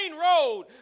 road